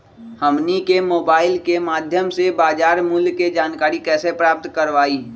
हमनी के मोबाइल के माध्यम से बाजार मूल्य के जानकारी कैसे प्राप्त करवाई?